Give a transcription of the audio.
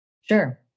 Sure